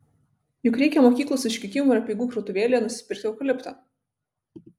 juk reikia mokyklos užkeikimų ir apeigų krautuvėlėje nusipirkti eukalipto